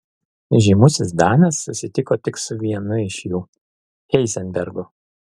žymusis danas susitiko tik su vienu iš jų heizenbergu